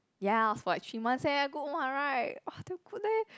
ya for like three months eh good [what] right !wah! good leh